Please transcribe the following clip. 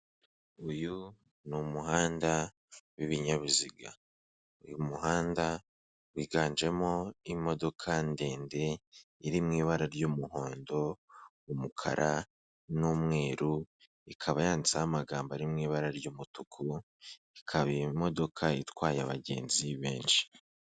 Uyu ni umuhanda w'ibinyabiziga. Uyu muhanda wiganjemo imodoka ndende iri mu ibara ry'umuhondo, umukara n'umweru, ikaba yanditseho amagambo ari mu ibara ry'umutuku, ikaba iyi modoka itwaye abagenzi benshi.